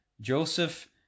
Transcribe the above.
Joseph